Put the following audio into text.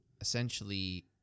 essentially